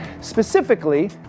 Specifically